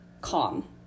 calm